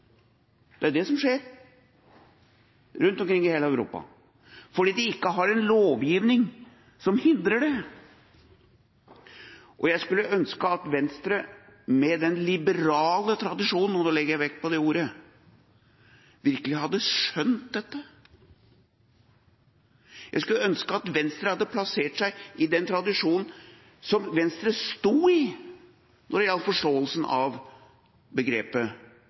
det er det som skjer rundt omkring i hele Europa – fordi de ikke har en lovgivning som hindrer det. Og jeg skulle ønske at Venstre, med den liberale tradisjonen – og da legger jeg vekt på ordet «liberale» – virkelig hadde skjønt dette. Jeg skulle ønske at Venstre hadde plassert seg i den tradisjonen som Venstre sto i når det gjelder forståelsen av begrepet